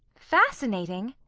fascinating!